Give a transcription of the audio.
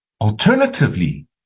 Alternatively